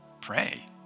pray